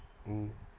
mm